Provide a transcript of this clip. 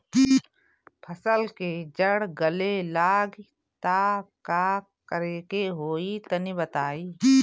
फसल के जड़ गले लागि त का करेके होई तनि बताई?